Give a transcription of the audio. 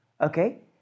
Okay